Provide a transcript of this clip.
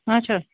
اچھا